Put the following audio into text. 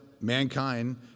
mankind